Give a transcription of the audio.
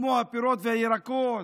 כמו הפירות והירקות,